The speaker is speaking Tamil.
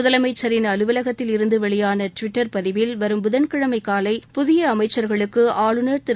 முதலனமச்சின் அலுவலகத்தில் இருந்து வெளியான டுவிட்டர் பதிவில் வரும் புதன்கிழமை காலை புதிய அமைச்சர்களுக்கு ஆளுநர் திரு